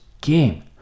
game